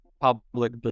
public